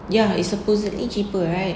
ya it's supposedly cheaper right